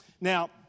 Now